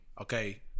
okay